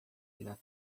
irá